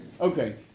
Okay